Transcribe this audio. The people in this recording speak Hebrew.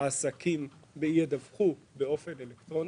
העסקים ידווחו באופן אלקטרוני.